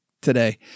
today